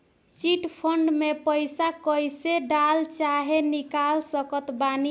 Chit fund मे पईसा कईसे डाल चाहे निकाल सकत बानी?